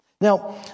Now